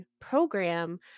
program